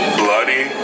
bloody